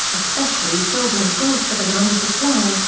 especially silver or gold for the money supply,